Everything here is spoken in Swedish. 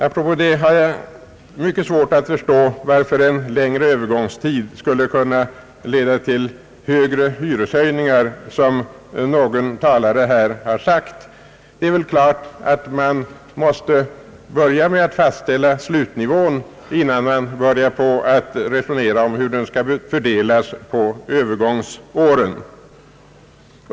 Apropå det har jag mycket svårt att förstå varför en längre övergångstid skulle behöva leda till högre hyreshöjningar, som någon talare har sagt. Det är klart att man måste börja med att fastställa slutnivån, innan man resonerar om hur den skall fördelas på övergångsåren.